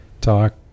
talk